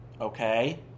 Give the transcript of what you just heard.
Okay